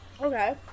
Okay